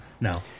No